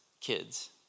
kids